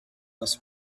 was